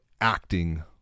acting